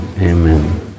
Amen